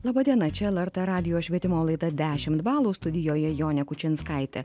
laba diena čia lrt radijo švietimo laida dešimt balų studijoje jonė kučinskaitė